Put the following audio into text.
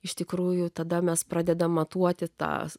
iš tikrųjų tada mes pradedame matuoti tos